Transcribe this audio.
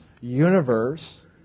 universe